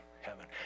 heaven